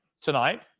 tonight